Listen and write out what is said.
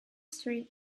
street